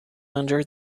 under